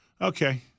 Okay